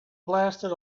blasted